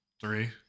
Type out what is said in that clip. Three